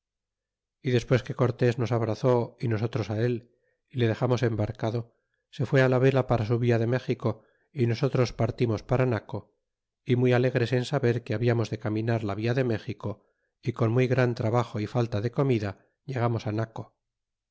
y despues que cortés nos abrazó y nosotros él y le dexamos embarcado se da á la vela para su via de méxico y nosotros partimos para naco y muy alegres en saber que hablamos de caminar la via de méxico y con muy gran trabajo é falta de comida llegamos naco